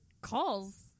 calls